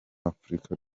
afurika